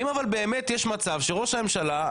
אם אבל באמת יש מצב שראש הממשלה.